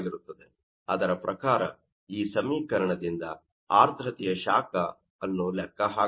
ಅದರ ಪ್ರಕಾರ ಈ ಸಮೀಕರಣದಿಂದ ಆರ್ದ್ರತೆಯ ಶಾಖ ಅನ್ನು ಲೆಕ್ಕ ಹಾಕಬಹುದು